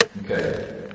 Okay